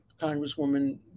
Congresswoman